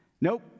Nope